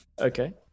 Okay